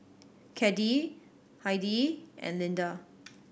Caddie Heidi and Lynda